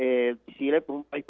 and the like